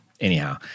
Anyhow